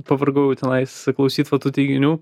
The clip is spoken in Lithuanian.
pavargau tenais klausyt va tų teiginių